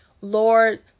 Lord